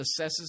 assesses